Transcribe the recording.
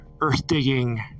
earth-digging